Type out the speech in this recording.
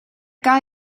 guy